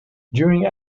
during